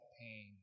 pain